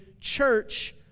church